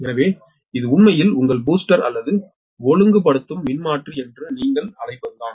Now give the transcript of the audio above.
எனவே இது உண்மையில் உங்கள் பூஸ்டர் அல்லது ஒழுங்குபடுத்தும் மின்மாற்றி என்று நீங்கள் அழைப்பதுதான்